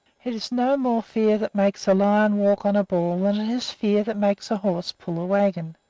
it is no more fear that makes a lion walk on a ball than it is fear that makes a horse pull a wagon.